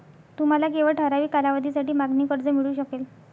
तुम्हाला केवळ ठराविक कालावधीसाठी मागणी कर्ज मिळू शकेल